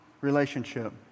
relationship